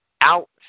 out